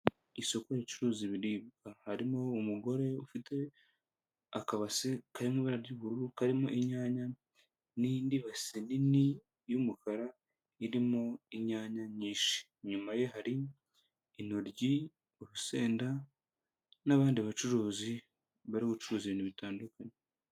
Isoko ricuruza ibiribwa. Harimo umugore ufite akabase k'ibara ry'ubururu karimo inyanya n'indi base nini y'umukara irimo inyanya nyinshi. Inyuma ye hari intoryi urusenda n'abandi bacuruzi bari gucuruza ibintu bitandukanye.